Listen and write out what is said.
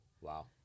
Wow